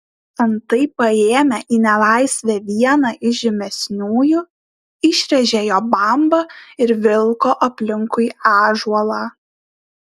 antai paėmė į nelaisvę vieną iš žymesniųjų išrėžė jo bambą ir vilko aplinkui ąžuolą